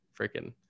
freaking